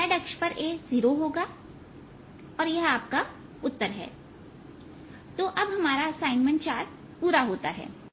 z अक्ष पर A 0 होगा और यह आपका उत्तर है तो अब हमारा असाइनमेंट 4 पूरा होता है